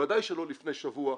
ודאי שלא לפני שבוע,